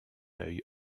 œil